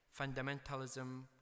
Fundamentalism